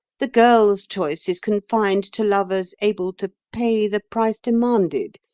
the girl's choice is confined to lovers able to pay the price demanded,